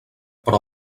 però